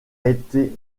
été